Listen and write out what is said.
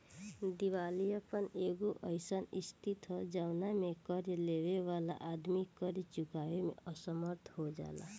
दिवालियापन एगो अईसन स्थिति ह जवना में कर्ज लेबे वाला आदमी कर्ज चुकावे में असमर्थ हो जाले